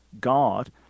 God